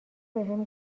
بهم